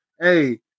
Hey